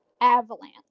avalanche